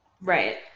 right